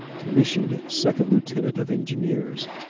commissioned second lieutenant of engineers.